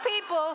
people